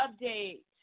update